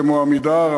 כמו "עמידר",